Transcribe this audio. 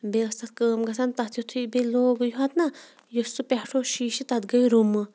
بیٚیہِ ٲسۍ تَتھ کٲم گژھان تَتھ یُتھُے بیٚیہِ لوگُے یوت نہ یُس سُہ پٮ۪ٹھٕ اوس شیٖشہٕ تَتھ گٔے رُمہٕ